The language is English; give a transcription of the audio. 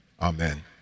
Amen